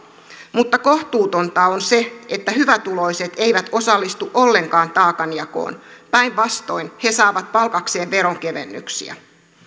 mutta kohtuutonta on se että hyvätuloiset eivät osallistu ollenkaan taakanjakoon päinvastoin he saavat palkakseen veronkevennyksiä